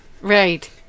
Right